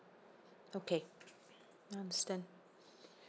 okay understand